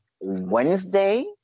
Wednesday